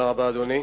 אדוני,